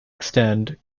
extend